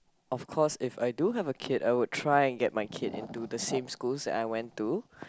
of course if I do have a kid I would try get my kid into the same schools that I went to